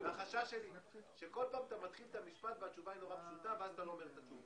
אני מציע, ואולי זה מוצא לדיון שאין לו פתרון,